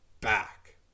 back